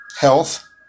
health